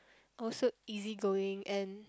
also easy going and